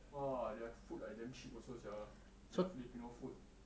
!wah! their food like damn cheap also sia their filipino food